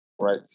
right